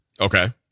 Okay